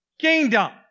kingdom